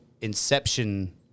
inception